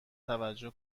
توجه